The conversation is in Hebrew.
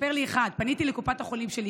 מספר לי אחד: פניתי לקופת החולים שלי.